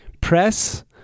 press